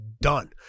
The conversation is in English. done